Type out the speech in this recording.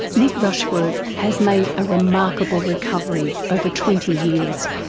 nick rushworth has made a remarkable recovery over twenty years.